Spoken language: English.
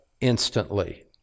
instantly